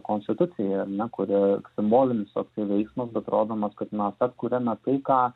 konstituciją ar ne kuri simbolinis toksai veiksmas bet rodomas kad mes atkuriame tai ką